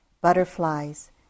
Butterflies